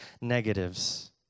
negatives